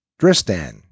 Dristan